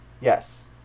Yes